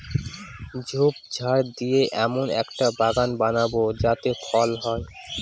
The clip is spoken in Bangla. ঝোপঝাড় দিয়ে এমন একটা বাগান বানাবো যাতে ফল হয়